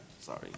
Sorry